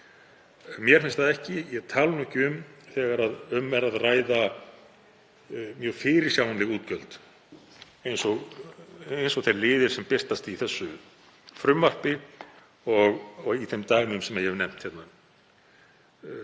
Mér finnst það ekki, ég tala nú ekki um þegar um er að ræða mjög fyrirsjáanleg útgjöld eins og þeir liðir sem birtast í þessu frumvarpi og í þeim dæmum sem ég hef nefnt hérna